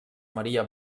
maria